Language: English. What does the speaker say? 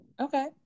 Okay